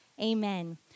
amen